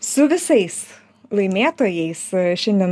su visais laimėtojais šiandien